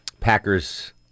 Packers